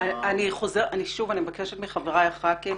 אני חוזרת ומבקשת מחבריי החכ"ים